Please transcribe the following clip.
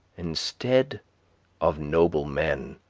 instead of noblemen,